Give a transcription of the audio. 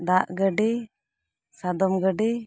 ᱫᱟᱜ ᱜᱟᱹᱰᱤ ᱥᱟᱫᱚᱢ ᱜᱟᱹᱰᱤ